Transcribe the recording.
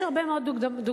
יש הרבה מאוד דוגמאות,